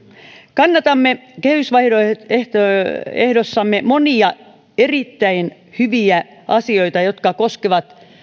kannatamme kehysvaihtoehdossamme monia erittäin hyviä asioita jotka koskevat